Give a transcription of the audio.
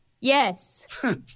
Yes